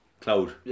Cloud